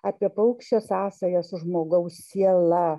apie paukščio sąsajas su žmogaus siela